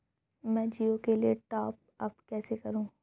मैं जिओ के लिए टॉप अप कैसे करूँ?